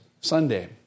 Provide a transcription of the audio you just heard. Sunday